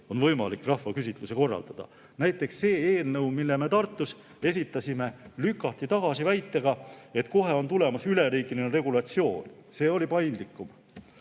võimalik rahvaküsitlusi korraldada. Näiteks see eelnõu, mille me Tartus esitasime, lükati tagasi väitega, et kohe on tulemas üleriigiline regulatsioon. See oli paindlikum.